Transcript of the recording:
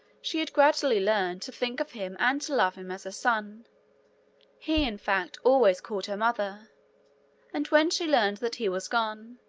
she had gradually learned to think of him and to love him as a son he, in fact, always called her mother and when she learned that he was gone,